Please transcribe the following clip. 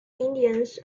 indians